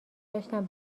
داشتم